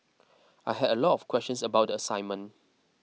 I had a lot of questions about the assignment